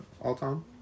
all-time